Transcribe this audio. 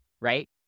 right